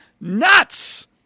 nuts